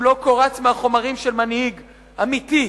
הוא לא קורץ מחומרים של מנהיג אמיתי.